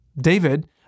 David